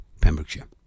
pembrokeshire